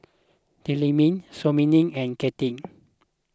Tillman Simona and Kinte